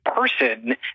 person